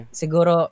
siguro